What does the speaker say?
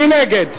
מי נגד?